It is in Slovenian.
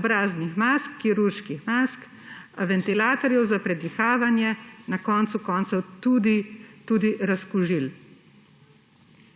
obraznih mask, kirurških mask, ventilatorjev za predihavanje, na koncu koncev tudi razkužil.